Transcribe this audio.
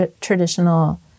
traditional